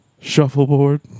Shuffleboard